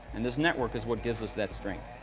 and this network is what gives us that strength.